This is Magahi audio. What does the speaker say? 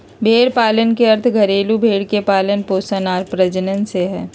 भेड़ पालन के अर्थ घरेलू भेड़ के पालन पोषण आर प्रजनन से हइ